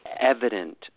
evident